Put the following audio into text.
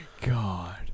god